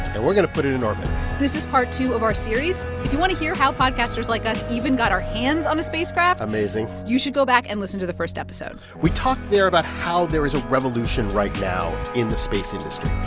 and we're going to put it in orbit this is part two of our series. if you want to hear how podcasters like us even got our hands on a spacecraft. amazing. you should go back and listen to the first episode we talked there about how there is a revolution right now in the space industry.